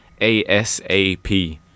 ASAP